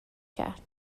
کرد